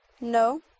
No